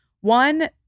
One